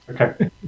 Okay